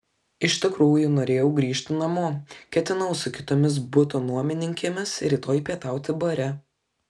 iš tikrųjų norėjau grįžti namo ketinau su kitomis buto nuomininkėmis rytoj pietauti bare